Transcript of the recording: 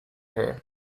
her